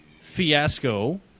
Fiasco